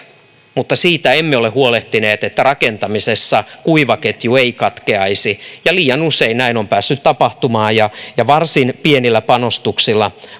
mutta siitä emme ole huolehtineet että rakentamisessa kuivaketju ei katkeaisi liian usein näin on päässyt tapahtumaan varsin pienillä panostuksilla